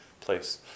place